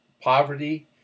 poverty